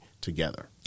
together